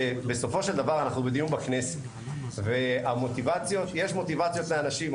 שבסופו של דבר אנחנו בדיון בכנסת ויש מוטיבציה לאנשים,